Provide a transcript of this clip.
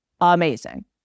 amazing